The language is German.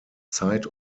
zeit